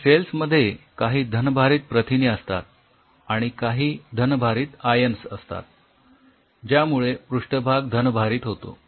तर सेल्स मध्ये काही धनभारित प्रथिने असतात आणि काही धनभारित आयन्स असतात ज्यामुळे पृष्ठभाग धनभारित होतो